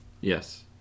Yes